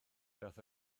daeth